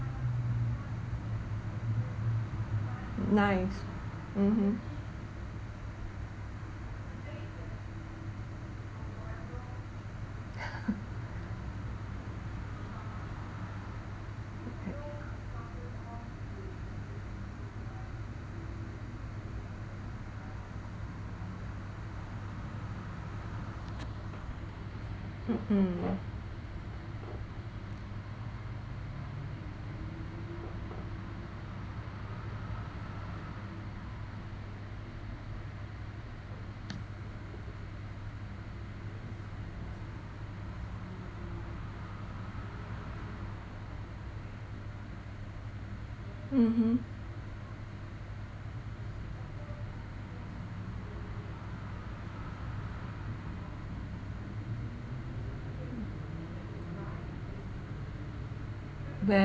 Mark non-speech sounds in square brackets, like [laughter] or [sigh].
ninth mmhmm [laughs] mm mmhmm